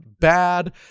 bad